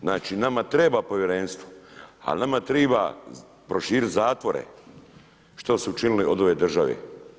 Znači nama treba povjerenstvo, ali nama triba proširit zatvore što su učinili od ove države.